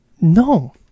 No